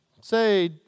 say